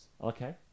okay